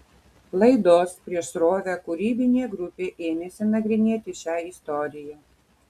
laidos prieš srovę kūrybinė grupė ėmėsi nagrinėti šią istoriją